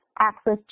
access